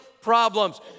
problems